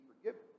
forgiven